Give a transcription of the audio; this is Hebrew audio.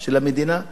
ומצד שני